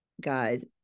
guys